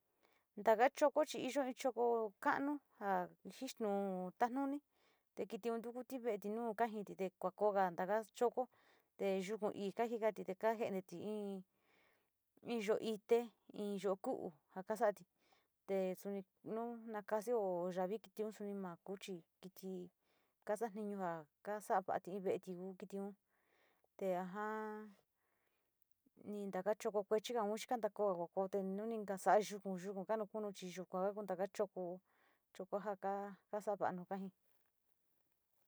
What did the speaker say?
Taka choco chi iyo in choko ka´anu ja jisnu tanuni te kitiun ntukuti ve´eti nu kajiiti te kua koja ntaka choko te yuka ii kajikati te kojente ti in yo´o ite, in yo´o ku´u ja kasatoti sunni ma naka te so yoviti in’ma ku chi kiti kasatiñu ja kasava´ati ve´eti kitiun, kitiun te a jaa ni taka choko kue chigaun chi kanta koo nu ni kasa´a yuku, yuku kanaku nuchi yukaa taka choko, chokoja kaa saa va´a nu kajika.